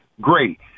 great